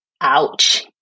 Ouch